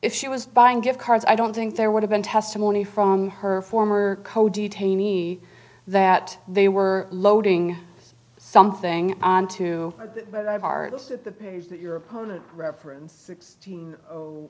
if she was buying gift cards i don't think there would have been testimony from her former code detainee that they were loading something onto that artist at the pace that your opponent referenced sixteen